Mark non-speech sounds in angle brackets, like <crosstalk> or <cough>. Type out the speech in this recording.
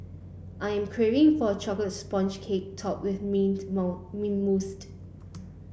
I am craving for a chocolate sponge cake topped with mint <unintelligible> mint <unintelligible>